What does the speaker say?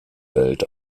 welt